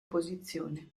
posizione